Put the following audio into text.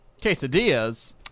quesadillas